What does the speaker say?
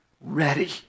ready